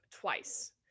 twice